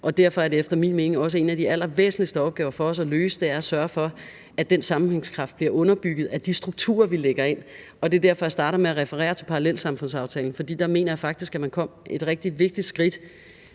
og er under uddannelse. Derfor er en af de allervæsentligste opgaver at løse efter min mening også at sørge for, at den sammenhængskraft bliver underbygget af de strukturer, vi lægger ind. Det er derfor, jeg starter med at referere til parallelsamfundsaftalen, for der mener jeg faktisk, at man tog et rigtig vigtigt skridt,